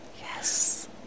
Yes